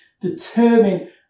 determine